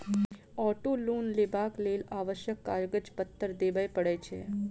auto loan लेबाक लेल आवश्यक कागज पत्तर देबअ पड़ैत छै